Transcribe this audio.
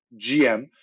GM